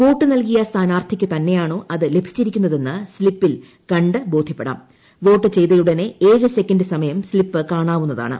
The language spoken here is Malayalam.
വോട്ട് നൽകിയ സ്ഥാനാർത്ഥിക്കു തന്നെയാണോ അത് ലഭിച്ചിരിക്കുന്നതെന്ന് സ്ലിപ്പിൽ ക ് ബോധ്യപ്പെടാം വോട്ട് ചെയ്തയുടനെ ഏഴ് സെക്കന്റ് സമയം സ്ലിപ്പ് കാണാവുന്നതാണ്